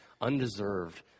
undeserved